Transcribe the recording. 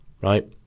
right